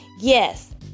yes